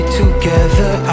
together